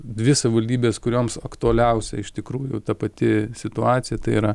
dvi savivaldybės kurioms aktualiausia iš tikrųjų ta pati situacija tai yra